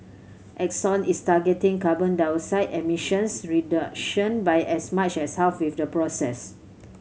Exxon is targeting carbon dioxide emissions reduction by as much as half with the process